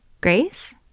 Grace